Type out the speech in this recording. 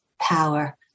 power